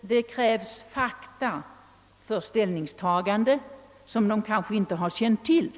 det för ett ställningstagande krävs fakta som de kanske inte har känt till?